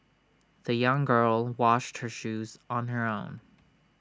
the young girl washed her shoes on her own